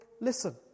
Listen